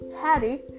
Hattie